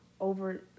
over